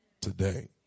today